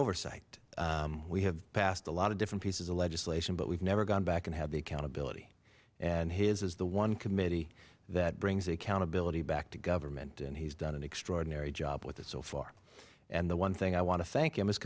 oversight we have passed a lot of different pieces of legislation but we've never gone back and had the accountability and his is the one committee that brings accountability back to government and he's done an extraordinary job with it so far and the one thing i want to thank him